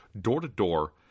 door-to-door